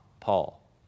Paul